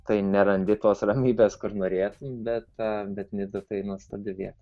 tai nerandi tos ramybės kur norėtum bet bet nida tai nuostabi vieta